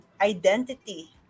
identity